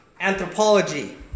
Anthropology